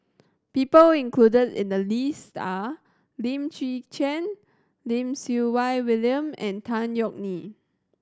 people included in the list are Lim Chwee Chian Lim Siew Wai William and Tan Yeok Nee